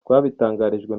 twabitangarijwe